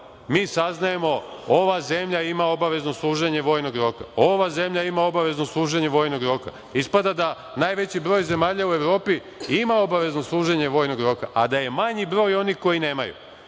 mi saznajemo ova zemlja ima obavezu služenja vojnog roka, ona zemlja ima obvezu služenja vojnog roka. Ispada da najveći broj zemalja u Evropi ima obavezno služenje vojnog roka, a da je manji broj onih koji nemaju.